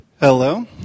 Hello